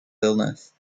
illness